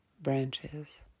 branches